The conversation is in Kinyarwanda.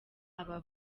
aba